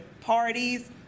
parties